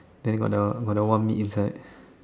then got the got the one meat inside